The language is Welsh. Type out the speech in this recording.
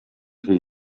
rhy